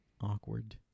awkward